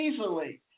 easily